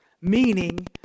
Meaning